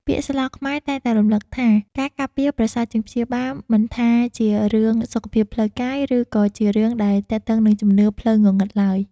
ពាក្យស្លោកខ្មែរតែងតែរំលឹកថាការការពារប្រសើរជាងការព្យាបាលមិនថាជារឿងសុខភាពផ្លូវកាយ ឬក៏ជារឿងដែលទាក់ទងនឹងជំនឿផ្លូវងងឹតឡើយ។